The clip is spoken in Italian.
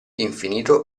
infinito